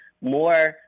more